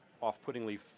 off-puttingly